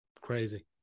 Crazy